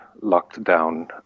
locked-down